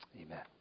Amen